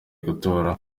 gutora